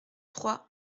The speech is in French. trois